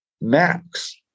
max